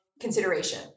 consideration